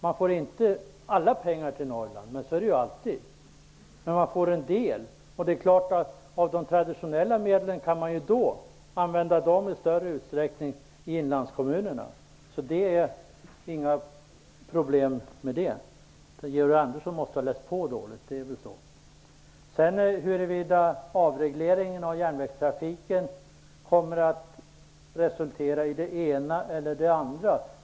Man får inte alla pengar i Norrland, men så är det ju alltid. Man får en del. De traditionella medlen kan i större utsträckning användas i inlandskommunerna. Det är inga problem med det. Georg Andersson måste ha läst på dåligt. Huruvida avregleringen av järnvägstrafiken kommer att resultera i det ena eller det andra kan vi inte veta.